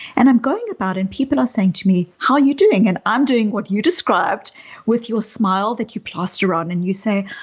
and i'm going about, and people are saying to me, how are you doing? and i'm doing what you described with your smile that you plaster around and you say,